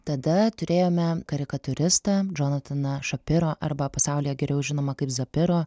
tada turėjome karikatūristą džonataną šopiro arba pasaulyje geriau žinomą kaip zapiro